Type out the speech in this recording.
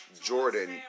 Jordan